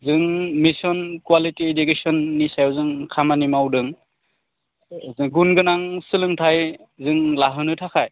जों mission quality इडुकेसननि सायाव जों खामानि मावदों गुनगोनां सोलोंथाय जों लाहोनो थाखाय